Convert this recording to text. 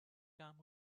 come